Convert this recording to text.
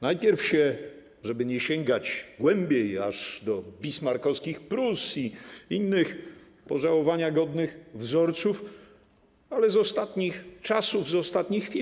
Najpierw, żeby nie sięgać głębiej, aż do bismarckowskich Prus i innych pożałowania godnych wzorców, przykład z ostatnich czasów, z ostatnich chwil.